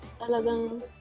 talagang